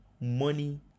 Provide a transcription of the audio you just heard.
money